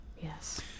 Yes